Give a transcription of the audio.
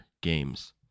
games